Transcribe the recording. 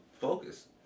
focus